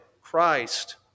Christ